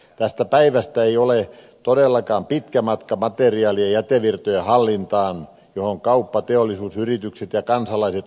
tästä päivästä ei ole todellakaan pitkä matka materiaali ja jätevirtojen hallintaan johon kauppa teollisuusyritykset ja kansalaiset osallistuvat